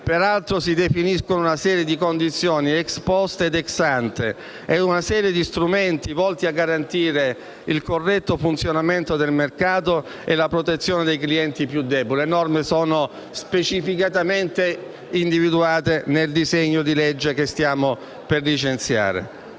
peraltro, si definiscono una serie di condizioni *ex post* ed*ex ante* e una serie di strumenti volti a garantire il corretto funzionamento del mercato e la protezione dei clienti più deboli. Le norme sono specificatamente individuate nel disegno di legge che stiamo per licenziare.